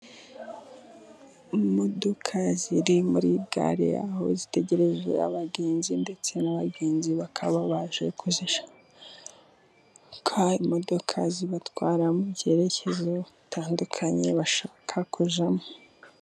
Imodoka ziri muri gare aho zitegereje abagenzi ndetse n'abagenzi bakaba baje kuzishaka, imodoka zibatwara mu byerekezo bitandukanye bashaka kujyamo.